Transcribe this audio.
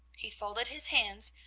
he folded his hands,